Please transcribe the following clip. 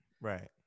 right